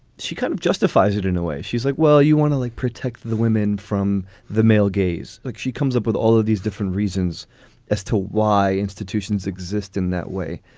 she kind of justifies it in a way. she's like, well, you want to like protect the women from the male gaze. look, she comes up with all of these different reasons as to why institutions institutions exist in that way.